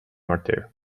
martyr